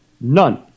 None